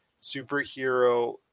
superhero